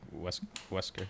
Wesker